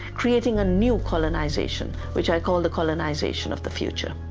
creating a new colonization, which i call the colonization of the future.